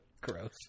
Gross